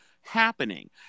happening